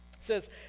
says